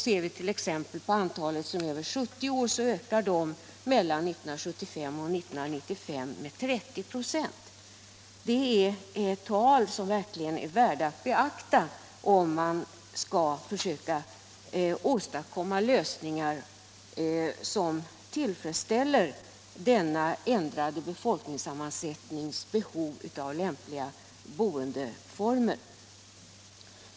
Ser vi t.ex. på antalet människor över 70 år finner vi att den siffran beräknas öka med 30 ?6 mellan 1975 och 1990. Det är tal som verkligen är värda att beakta, om man skall försöka åstadkomma lösningar som tillfredsställer de behov av lämpliga boendeformer som en befolkning med denna ändrade sammansättning kan få.